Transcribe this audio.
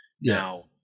Now